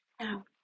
now